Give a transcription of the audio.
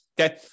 Okay